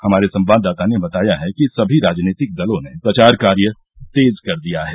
हमारे संवाददाता ने बताया है कि सभी राजनीतिक दलों ने प्रचार कार्य तेज कर दिया है